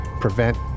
prevent